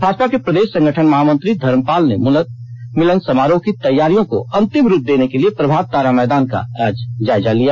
भाजपा के प्रदेश संगठन महामंत्री धर्मपाल ने पुनर्मिलन समारोह की तैयारियों को अंतिम रूप देने के लिए प्रभात तारा मैदान का जायजा लिया